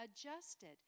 adjusted